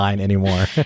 anymore